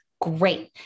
Great